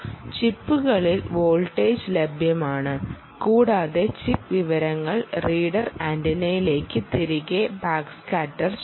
ചിപ്പുകളിൽ voltage ലഭ്യമാണ് കൂടാതെ chip വിവരങ്ങൾ റീഡർ ആന്റിനയിലേക്ക് തിരികെ ബാക്ക്സ്കാറ്റർ ചെയ്യും